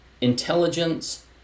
intelligence